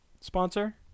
sponsor